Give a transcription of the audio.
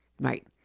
right